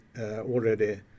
already